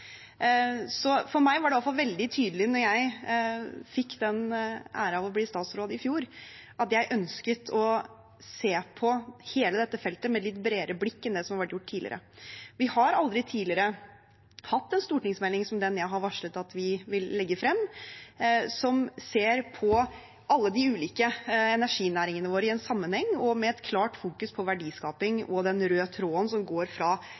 For meg var det i alle fall veldig tydelig da jeg fikk den ære å bli statsråd i fjor, at jeg ønsket å se på hele dette feltet med et litt bredere blikk enn det som har vært gjort tidligere. Vi har aldri tidligere hatt en stortingsmelding som den jeg har varslet at vi vil legge frem, som ser på alle de ulike energinæringene våre i sammenheng og med et klart fokus på verdiskaping og den røde tråden som går fra